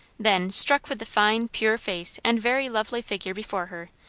then, struck with the fine, pure face and very lovely figure before her,